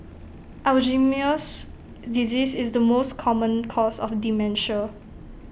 Alzheimer's disease is the most common cause of dementia